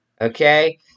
Okay